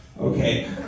Okay